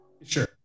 sure